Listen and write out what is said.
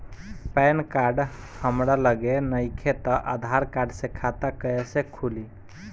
Pan card हमरा लगे नईखे त आधार कार्ड से खाता कैसे खुली?